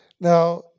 now